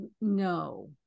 no